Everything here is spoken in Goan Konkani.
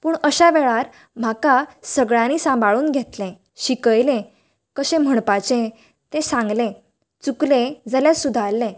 पूण अश्या वेळार म्हाका सगळ्यांनी सांबाळून घेतले शिकयले कशें म्हणपाचे तें सांगले चुकले जाल्यार सुदारले